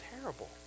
terrible